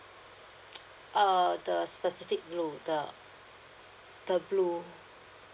err the specific blue the the blue